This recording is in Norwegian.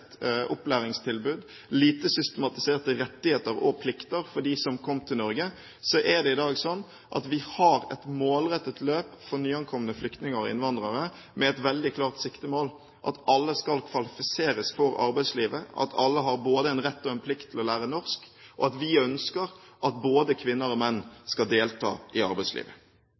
opplæringstilbud, lite systematiserte rettigheter og plikter for dem som kom til Norge, er det i dag slik at vi har et målrettet løp for nyankomne flyktninger og innvandrere med et veldig klart siktemål, at alle skal kvalifiseres for arbeidslivet, at alle har både en rett og en plikt til å lære norsk, og at vi ønsker at både kvinner og menn skal delta i arbeidslivet.